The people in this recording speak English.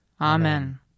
Amen